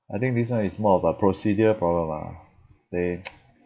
I think this one is more of a procedure problem lah they